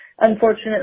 unfortunately